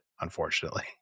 unfortunately